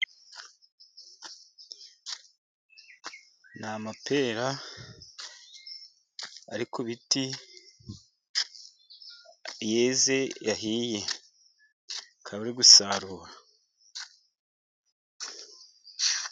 Ni amapera ari ku biti yeze yahiye bakaba bari gusarura.